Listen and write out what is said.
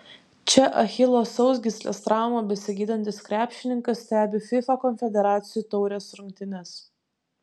čia achilo sausgyslės traumą besigydantis krepšininkas stebi fifa konfederacijų taurės rungtynes